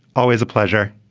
always a pleasure.